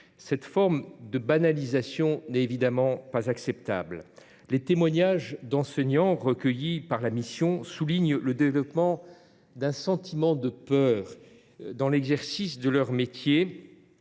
Cette banalisation n’est évidemment pas acceptable. Les témoignages d’enseignants recueillis par la mission soulignent le développement d’un sentiment de peur dans l’exercice de ce métier,